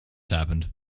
happened